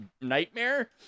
nightmare